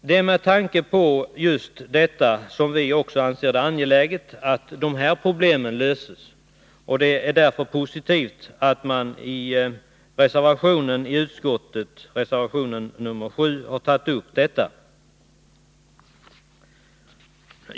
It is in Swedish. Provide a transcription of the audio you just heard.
Det är med tanke på just detta förhållande som vi också anser det angeläget att dessa problem löses. Det är därför positivt att man i reservationen nr 7 i utskottsbetänkandet har tagit upp detta problem.